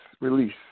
release